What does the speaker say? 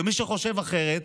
ומי שחושב אחרת,